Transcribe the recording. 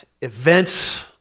events